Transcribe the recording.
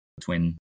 twin